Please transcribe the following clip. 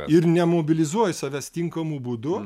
ir nemobilizuoji savęs tinkamu būdu